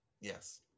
Yes